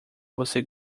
você